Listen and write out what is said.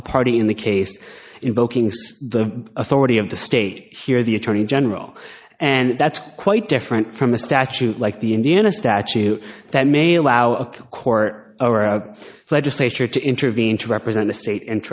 a party in the case invoking the authority of the state here the attorney general and that's quite different from a statute like the indiana statute that may allow a court or a legislature to intervene to represent the state